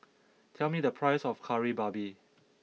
tell me the price of Kari Babi